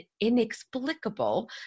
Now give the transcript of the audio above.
inexplicable